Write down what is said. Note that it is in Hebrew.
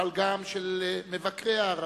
אבל גם של מבקריה הרבים,